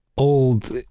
Old